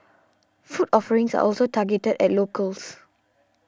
food offerings are also targeted at locals